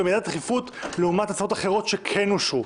ומידת הדחיפות לעומת הצעות אחרות שכן אושרו.